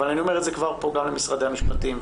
למשרדי המשפטים,